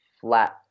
flat